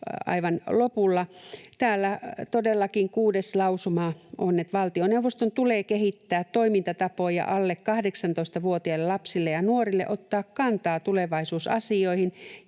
aivan lopulla. Todellakin kuudes lausuma on, että ”valtioneuvoston tulee kehittää toimintatapoja alle 18-vuotiaille lapsille ja nuorille ottaa kantaa tulevaisuusasioihin